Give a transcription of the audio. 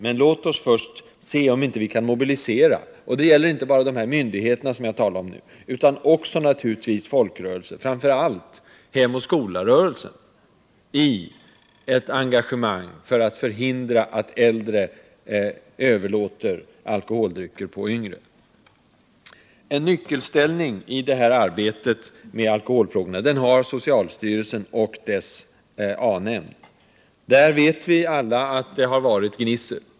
Men låt oss först se, om vi inte kan mobilisera inte bara de myndigheter som jag nyss nämnde utan naturligtvis också folkrörelserna, framför allt Hem och skola-rörelsen, i ett engagemang för att hindra att äldre överlåter alkoholdrycker till yngre. En nyckelställning i arbetet med alkoholfrågorna har socialstyrelsen och dess A-nämnd. Alla vet vi att det har varit gnissel där.